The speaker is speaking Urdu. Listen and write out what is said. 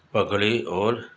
پگڑی اور